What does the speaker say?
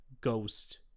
ghost